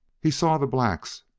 he saw the blacks,